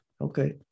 Okay